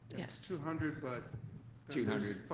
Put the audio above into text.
yes. two hundred, but two hundred.